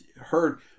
heard